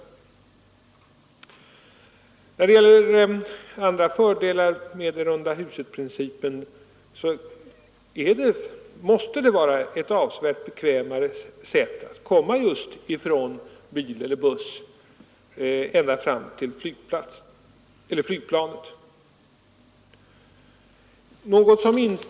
En annan fördel med rundahusprincipen är att den måste göra det bekvämare att komma med bil eller buss ända fram till flygplanet.